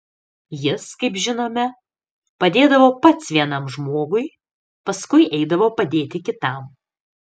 jis kaip žinome padėdavo pats vienam žmogui paskui eidavo padėti kitam